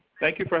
thank you for